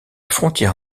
frontière